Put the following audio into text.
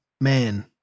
man